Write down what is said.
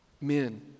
men